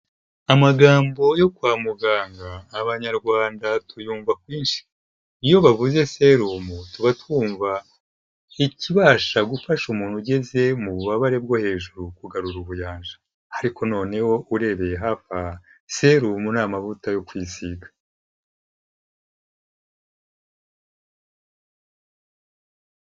Amagambo yo kwa muganga Abanyarwanda tuyumva kwinshi, iyo babuze serumu tuba twumva ikibasha gufasha umuntu ugeze mu bubabare bwo hejuru kugarura ubuyanja ariko noneho urebeye hafi aha serumu ni amavuta yo kwisiga.